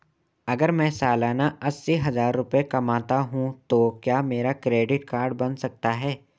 अगर मैं सालाना अस्सी हज़ार रुपये कमाता हूं तो क्या मेरा क्रेडिट कार्ड बन सकता है?